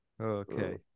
Okay